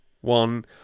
one